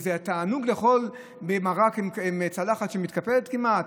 מה, זה תענוג לאכול מרק עם צלחת שמתקפלת כמעט?